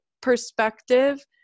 perspective